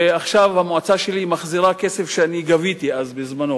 ועכשיו המועצה שלי מחזירה כסף שאני גביתי בזמנו.